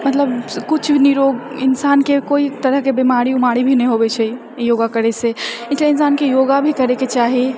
मतलब किछु निरोग इंसानके कोइ तरहकेँ बीमारी उमारी भी नहि होवै छै योगा करैसँ एकटा इंसानके योगा भी करएके चाही